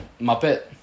Muppet